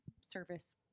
service